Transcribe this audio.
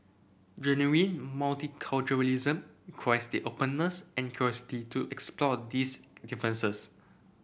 genuine multiculturalism the openness and curiosity to explore these differences